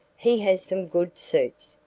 he has some good suits,